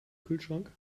kühlschrank